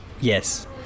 Yes